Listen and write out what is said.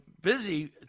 busy